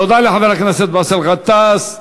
תודה לחבר הכנסת באסל גטאס.